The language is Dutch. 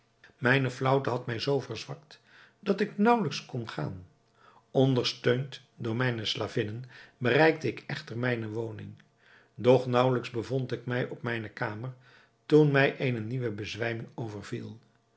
mijne flaauwte had mij zoo verzwakt dat ik naauwelijks kon gaan ondersteund door mijne slavinnen bereikte ik echter mijne woning doch naauwelijks bevond ik mij op mijne kamer toen mij eene nieuwe bezwijming overviel